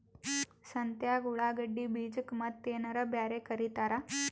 ಸಂತ್ಯಾಗ ಉಳ್ಳಾಗಡ್ಡಿ ಬೀಜಕ್ಕ ಮತ್ತೇನರ ಬ್ಯಾರೆ ಕರಿತಾರ?